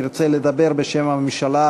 ירצה לדבר בשם הממשלה,